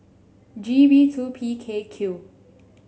G B two P K Q